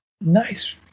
Nice